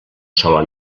sola